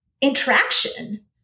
interaction